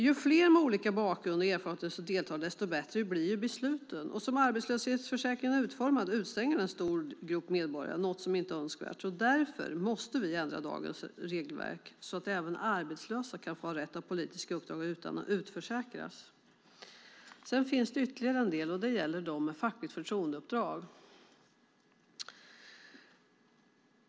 Ju fler med olika bakgrund och erfarenhet som deltar, desto bättre blir besluten. Som arbetslöshetsförsäkringen är utformad utestänger den en stor grupp medborgare, något som inte är önskvärt. Därför måste vi ändra dagens regelverk så att även arbetslösa får rätt att ha politiska uppdrag utan att utförsäkras. Sedan finns det ytterligare en del, och det gäller dem med fackligt förtroendeuppdrag.